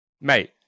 mate